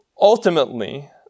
ultimately